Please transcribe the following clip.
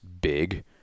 big